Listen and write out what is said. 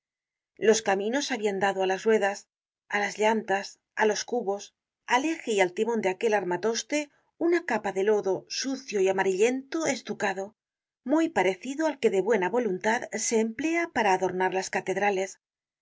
los caminos habian dado á las ruedas á las llantás á los cubos al eje y al timon de aquel armatoste una capa de lodo sucio y amarillento estucado muy parecido al que de buena voluntad se emplea para adornar las catedrales la